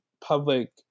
public